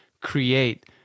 create